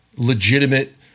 legitimate